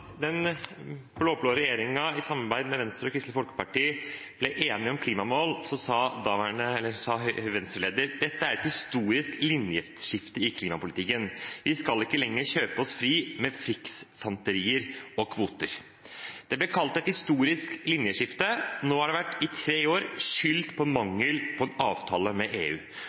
samarbeid med Venstre og Kristelig Folkeparti ble enige om klimamål, sa Venstre-lederen: «Dette er et historisk linjeskift i klimapolitikken. Vi skal ikke lenger kjøpe oss fri med fiksfakserier og FN-kvoter.» Det ble kalt et «historisk linjeskift». Nå har det i tre år blitt skyldt på mangel på en avtale med EU. Nå hører vi ministeren si at det viktigste nå er at vi får på plass en avtale med EU.